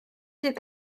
sydd